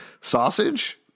sausage